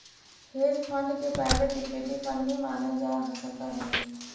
hedge fund के private equity fund भी मानल जा सकऽ हई